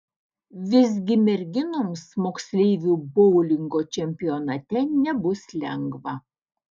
visgi merginoms moksleivių boulingo čempionate nebus lengva